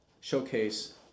showcase